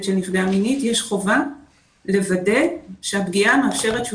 שנפגע מינית יש חובה לוודא שהפגיעה מאפשרת שהוא